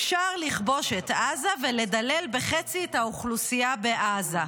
אפשר לכבוש את עזה ולדלל בחצי את האוכלוסייה בעזה,